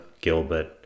Gilbert